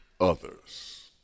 others